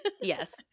Yes